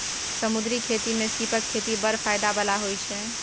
समुद्री खेती मे सीपक खेती बड़ फाएदा बला होइ छै